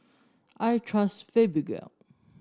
I trust Fibogel